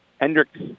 Hendricks